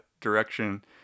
direction